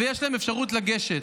ויש להם אפשרות לגשת.